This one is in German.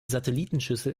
satellitenschüssel